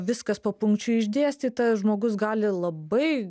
viskas papunkčiui išdėstyta žmogus gali labai